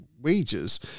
wages